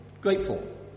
grateful